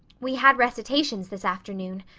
we had recitations this afternoon.